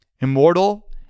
Immortal